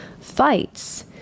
fights